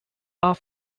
are